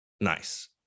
Nice